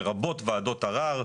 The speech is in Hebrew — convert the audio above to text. לרבות ועדות ערר,